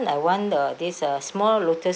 I want the this uh small lotus